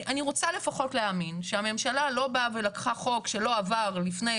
אני רוצה לפחות להאמין שהממשלה לא באה ולקחה חוק שלא עבר לפני